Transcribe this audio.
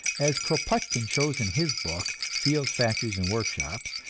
as kropotkin shows in his book, fields, factories and workshops,